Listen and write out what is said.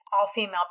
all-female